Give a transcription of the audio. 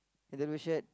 in the blue shirt